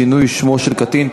שינוי שמו של קטין),